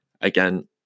Again